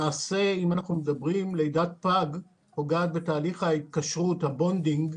למעשה, לידת פג פוגעת בתהליך ההתקשרות, הבונדינג,